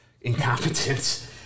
incompetence